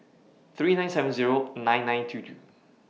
three nine seven nine nine two two